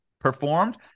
performed